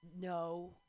no